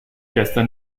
gestern